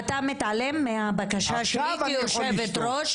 עכשיו אתה מתעלם מהבקשה שלי כיושבת-ראש.